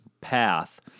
path